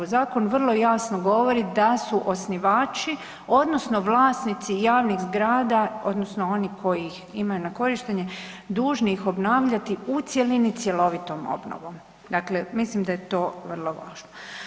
Zakon vrlo jasno govori da su osnivači odnosno vlasnici javnih zgrada odnosno oni koji ih imaju na korištenje dužni ih obnavljati u cjelini cjelovitom obnovom, dakle mislim da je to vrlo važno.